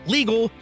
legal